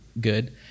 good